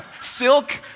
silk